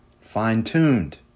fine-tuned